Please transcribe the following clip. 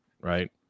right